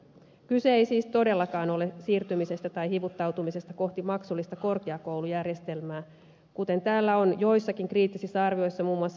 kyse ei siis todellakaan ole siirtymisestä tai hivuttautumisesta kohti maksullista korkeakoulujärjestelmää kuten täällä on joissakin kriittisissä arvioissa muun muassa ed